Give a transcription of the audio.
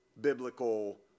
biblical